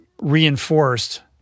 reinforced